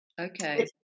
okay